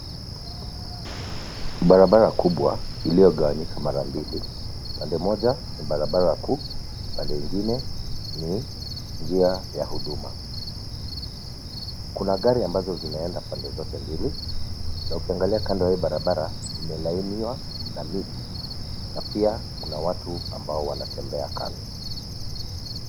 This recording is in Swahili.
Barabara kubwa, iliyogawanyika mara mbili, pande moja, ni barabara kuu, pande ingine, ni, njia ya huduma, kuna gari ambazo zinaenda pande zote mbili, na ukiangalia kando ya hii barabara, imelainiwa, na miti, na pia, kuna watu ambao wanatembea kando.